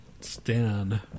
Stan